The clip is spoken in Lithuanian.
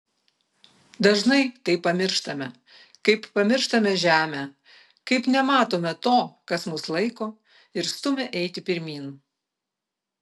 dažnai tai pamirštame kaip pamirštame žemę kaip nematome to kas mus laiko ir stumia eiti pirmyn